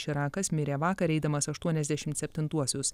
širakas mirė vakar eidamas aštuoniasdešimt septintuosius